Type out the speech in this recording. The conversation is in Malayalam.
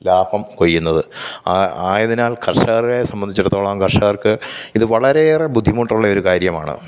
ലാഭം കൊയ്യുന്നത് ആ ആയതിനാൽ കർഷകരെ സംബന്ധിച്ചെടുത്തോളം കർഷകർക്ക് ഇത് വളരെയേറെ ബുദ്ധിമുട്ടുള്ളയൊരു കാര്യമാണ്